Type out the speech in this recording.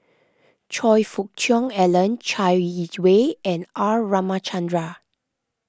Choe Fook Cheong Alan Chai Yee Wei and R Ramachandran